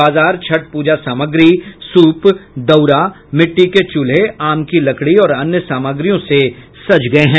बाजार छठ पूजा सामग्री सूप दउरा मिट्टी के चूल्हे आम की लकड़ी और अन्य सामग्रियों से सज गये हैं